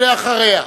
ואחריה,